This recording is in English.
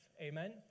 amen